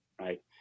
right